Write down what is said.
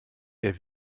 der